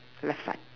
left side